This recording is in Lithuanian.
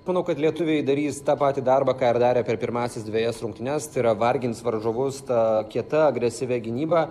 manau kad lietuviai darys tą patį darbą ką ir darė per pirmąsias dvejas rungtynes tai yra vargins varžovus ta kieta agresyvia gynyba